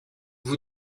vous